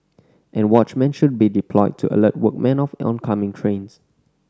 and watchmen should be deployed to alert workmen of oncoming trains